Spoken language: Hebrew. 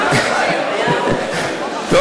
טוב.